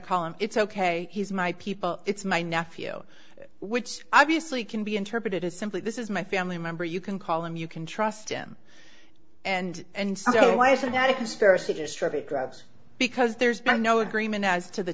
call him it's ok he's my people it's my nephew which obviously can be interpreted as simply this is my family member you can call him you can trust him and and so why is it not a conspiracy to distribute drives because there's been no agreement as to the